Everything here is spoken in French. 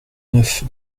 neuf